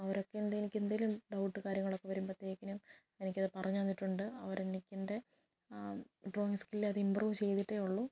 അവരൊക്കെ എന്ത് എനിക്കെന്തേലും ഡൗട്ട് കാര്യങ്ങളൊക്കെ വരുമ്പോഴ്ത്തേക്കിനും എനിക്കത് പറഞ്ഞു തന്നിട്ടുണ്ട് അവരെനിക്കെൻ്റെ ഡ്രോയിങ് സ്കില്ല് അത് ഇമ്പ്രൂവ് ചെയ്തിട്ടേ ഉള്ളൂ